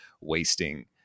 wasting